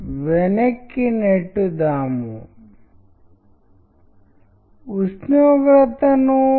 కాబట్టి ఈ శూన్యత కు ఒక ప్రత్యేక లక్షణం సృష్టించబడిందని ఈ శూన్యత ఒక నిర్దిష్ట రకమైనదని మీరు చూస్తారు